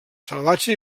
salvatge